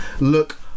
look